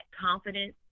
confidence